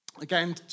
again